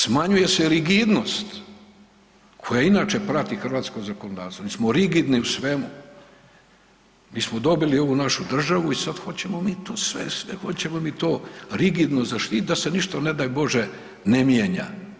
Smanjuje se rigidnost koja inače prati hrvatsko zakonodavstvo, mi smo rigidni u svemu, mi smo dobili ovu našu državu i sad hoćemo mi tu sve, sve hoćemo mi to rigidno zaštititi da se ništa ne daj Bože ne mijenja.